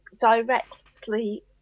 directly